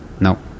No